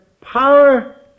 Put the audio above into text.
power